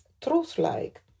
truth-like